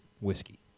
whiskey